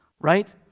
right